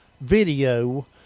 video